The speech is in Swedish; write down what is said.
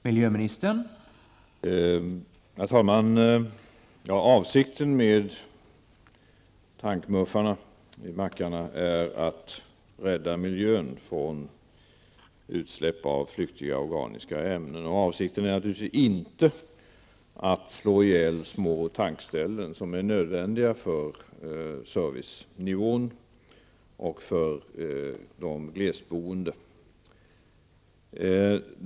Herr talman! Avsikten med tankmuffarna vid bensinmackarna är att rädda miljön från utsläpp av flyktiga organiska ämnen. Avsikten är naturligtvis inte att slå ihjäl små tankställen som är nödvändiga för servicenivån och för de som bor i glesbygd.